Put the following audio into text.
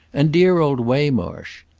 and dear old waymarsh.